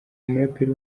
umuraperi